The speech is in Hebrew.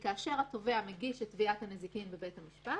כאשר התובע מגיש את תביעת הנזיקין בבית המשפט,